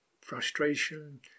Frustration